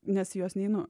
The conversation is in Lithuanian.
nes į juos neinu